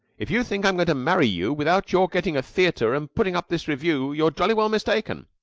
if you think i'm going to marry you without your getting a theater and putting up this revue you're jolly well mistaken.